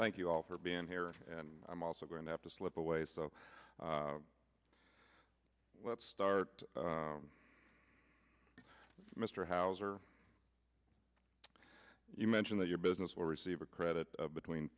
thank you all for being here and i'm also going to have to slip away so let's start with mr hauser you mentioned that your business will receive a credit between